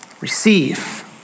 receive